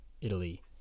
Italy